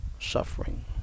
suffering